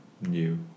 new